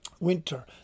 Winter